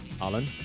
Alan